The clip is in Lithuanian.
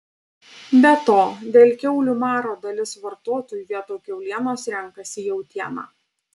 be to dėl kiaulių maro dalis vartotojų vietoj kiaulienos renkasi jautieną